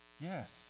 Yes